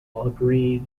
agree